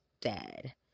Dead